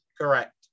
Correct